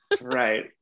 Right